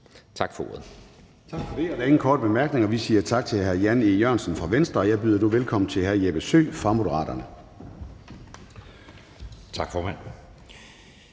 Tak for ordet.